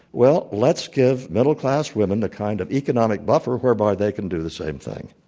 well, let's give middle-class women the kind of economic buffer whereby they can do the same thing.